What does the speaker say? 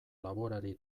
laborari